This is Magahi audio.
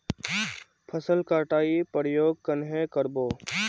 फसल कटाई प्रयोग कन्हे कर बो?